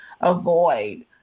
avoid